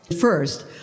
First